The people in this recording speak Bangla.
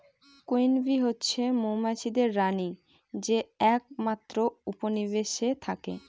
কুইন বী হচ্ছে মৌমাছিদের রানী যে একমাত্র উপনিবেশে থাকে